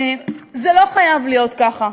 זה לא חייב להיות כך.